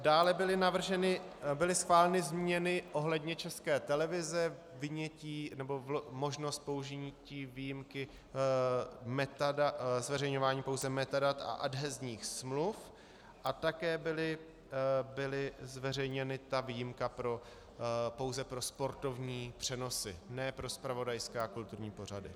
Dále byly navrženy byly schváleny změny ohledně České televize, vynětí, nebo možnost použití výjimky metadat zveřejňování pouze metadat a adhezních smluv a také byly zveřejněny ta výjimka pouze pro sportovní přenosy, ne pro zpravodajské a kulturní pořady.